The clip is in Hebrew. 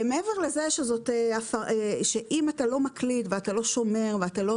מעבר לזה שאם אתה לא מקליט ואתה לא שומר ואתה לא